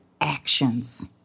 actions